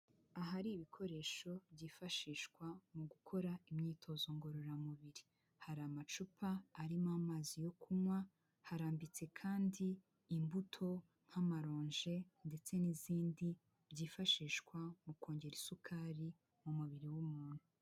Ahari ibikoresho byifashishwa mu gukora imyitozo ngororamubiri, hari amacupa arimo amazi yo kunywa harambitse kandi imbuto nk'amaronje ndetse n'izindi, byifashishwa mu kongera isukari mu mubiri w'umuntu.